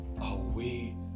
away